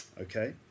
Okay